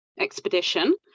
expedition